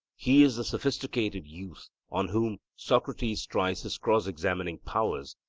he is the sophisticated youth on whom socrates tries his cross-examining powers,